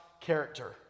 character